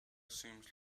seems